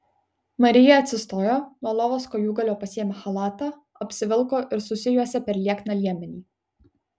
marija atsistojo nuo lovos kojūgalio pasiėmė chalatą apsivilko ir susijuosė per liekną liemenį